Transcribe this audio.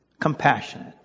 compassionate